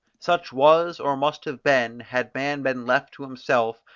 such was, or must have been, had man been left to himself,